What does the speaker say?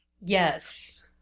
Yes